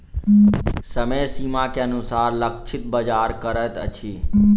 समय सीमा के अनुसार लक्षित बाजार करैत अछि